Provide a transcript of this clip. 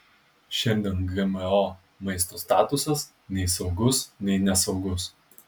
šiandien gmo maisto statusas nei saugus nei nesaugus